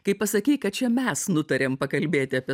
kai pasakei kad čia mes nutarėm pakalbėti apie